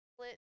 split